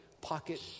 pocket